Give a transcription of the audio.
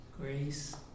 grace